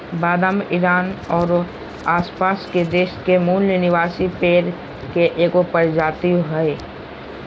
बादाम ईरान औरो आसपास के देश के मूल निवासी पेड़ के एगो प्रजाति हइ